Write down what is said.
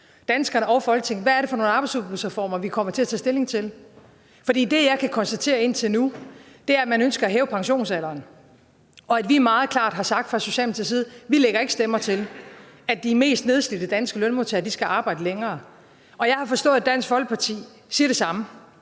danskerne og Folketinget om, hvad det er for nogle arbejdsudbudsreformer, vi kommer til at tage stilling til. For det, jeg kan konstatere indtil nu, er, at man ønsker at hæve pensionsalderen. Og vi har meget klart sagt fra Socialdemokratiets side, at vi ikke lægger stemmer til, at de mest nedslidte danske lønmodtagere skal arbejde længere. Jeg har forstået, at Dansk Folkeparti siger det samme,